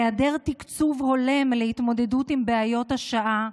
היעדר תקצוב הולם להתמודדות עם בעיות השעה,